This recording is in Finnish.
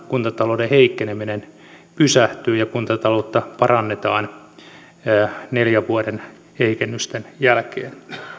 kuntatalouden heikkeneminen pysähtyy ja kuntataloutta parannetaan neljän vuoden heikennysten jälkeen